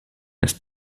ist